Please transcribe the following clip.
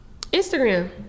Instagram